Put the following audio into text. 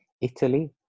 Italy